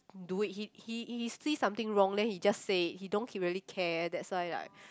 do it he he he sees something wrong then he just say it he don't really care that's why like